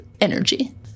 energy